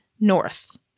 north